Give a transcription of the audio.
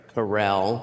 Carell